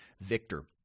Victor